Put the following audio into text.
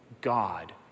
God